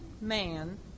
man